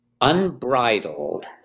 unbridled